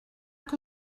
que